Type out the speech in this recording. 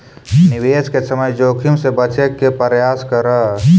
निवेश के समय जोखिम से बचे के प्रयास करऽ